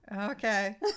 Okay